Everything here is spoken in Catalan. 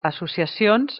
associacions